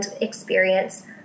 experience